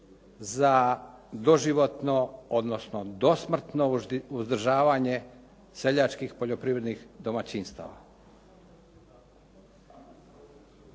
za doživotno, odnosno dosmrtno uzdržavanje seljačkih poljoprivrednih domaćinstava.